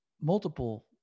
multiple